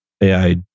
AI